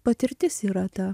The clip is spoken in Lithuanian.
patirtis yra ta